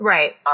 Right